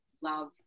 love